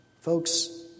Folks